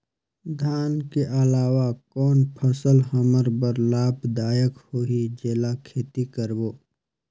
धान के अलावा कौन फसल हमर बर लाभदायक होही जेला खेती करबो?